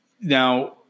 Now